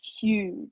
huge